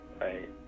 right